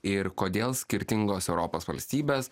ir kodėl skirtingos europos valstybės